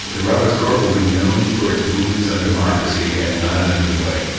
the roberts court will be known for its rulings on democracy and not in a good way.